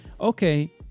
okay